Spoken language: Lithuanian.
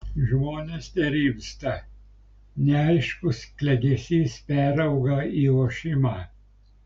žmonės nerimsta neaiškus klegesys perauga į ošimą